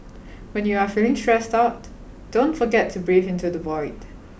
when you are feeling stressed out don't forget to breathe into the void